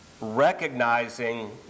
recognizing